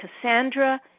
Cassandra